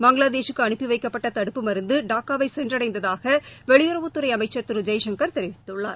பங்ளாதேஷூக்கு அனுப்பி வைக்கப்பட்ட தடுப்பு மருந்து டாக்கா வை சென்றடைந்ததாக வெளியுறவுத்துறை அமைச்சர் திரு ஜெய்சங்கர் தெரிவித்துள்ளார்